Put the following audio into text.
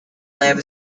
lamb